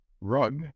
rug